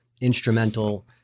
instrumental